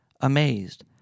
amazed